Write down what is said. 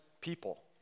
people